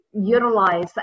utilize